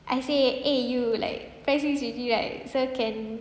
I say eh you like prac six already right so can